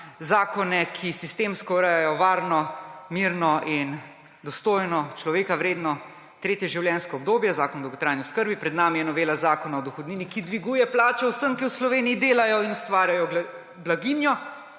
zakone, ki sistemsko urejajo varno, mirno in dostojno, človeka vredno tretje življenjsko obdobje − Zakon o dolgotrajni oskrbi. Pred nami je novela Zakona o dohodnini, ki dviguje plače vsem, ki v Sloveniji delajo in ustvarjajo blaginjo.